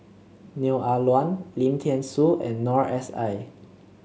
Neo Ah Luan Lim Thean Soo and Noor S I